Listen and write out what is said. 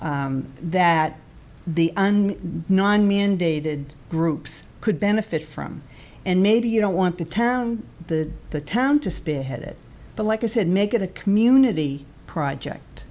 that the non mandated groups could benefit from and maybe you don't want the town the town to spearhead it but like i said make it a community project